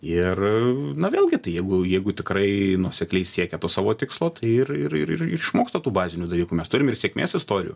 ir na vėlgi tai jeigu jeigu tikrai nuosekliai siekia to savo tikslo ir ir ir išmoksta tų bazinių dalykų mes turim ir sėkmės istorijų